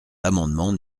l’amendement